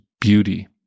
beauty